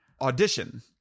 audition